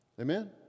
Amen